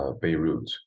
Beirut